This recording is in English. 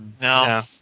no